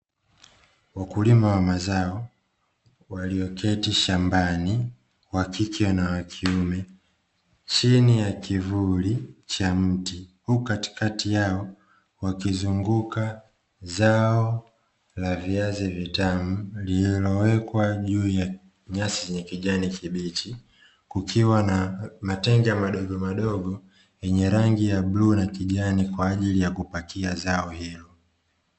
Wakuliwa wa mazao walioketi shambani wakike na wakiume, chini ya kivuli cha mti, huku katikati yao wakizunguka zao la viazi vitamu lililowekwa juu ya nyasi za kijani kibichi, kukiwa na matenga madogomadogo yenye rangi ya bluu na kijani kwa ajili ya kupakia zao hilo.